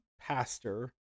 pastor